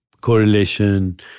correlation